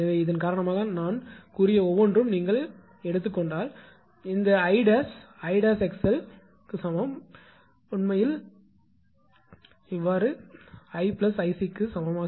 எனவே இதன் காரணமாக நான் சொன்ன ஒவ்வொன்றும் நீங்கள் எடுத்துக் கொண்டால் இந்த 𝐼′ 𝐼′𝑥𝑙 உண்மையில் 𝐼′ உங்கள் 𝐼 𝐼𝑐 சமம்